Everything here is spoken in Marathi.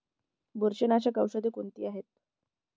बुरशीनाशक औषधे कोणती आहेत?